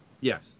Yes